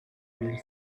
mille